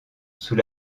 sous